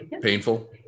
Painful